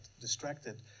distracted